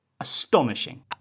astonishing